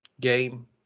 game